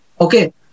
Okay